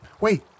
Wait